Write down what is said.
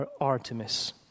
Artemis